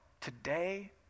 today